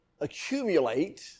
accumulate